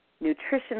nutrition